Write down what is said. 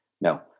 no